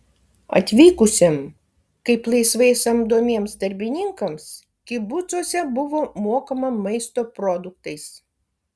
atvykusiems kaip laisvai samdomiems darbininkams kibucuose buvo mokama maisto produktais